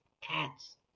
cats